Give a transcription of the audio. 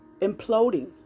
imploding